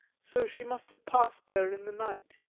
so she must have passed there in the night.